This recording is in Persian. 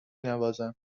نوازم